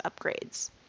upgrades